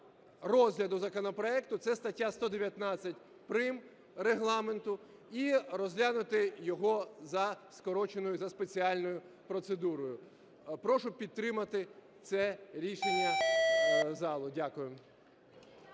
розгляду законопроекту (це стаття 119 прим. Регламенту) і розглянути його за скороченою, за спеціальною процедурою. Прошу підтримати це рішення залу. Дякую.